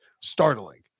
startling